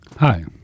Hi